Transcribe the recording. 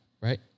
right